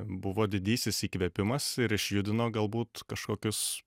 buvo didysis įkvėpimas ir išjudino galbūt kažkokius